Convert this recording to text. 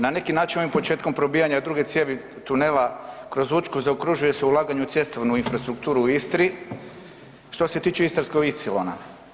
Na neki način ovim početkom probijanja druge cijevi tunela kroz Učku zaokružuje se ulaganje u cestovnu infrastrukturu u Istri što se tiče istarskog ipsilona.